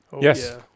Yes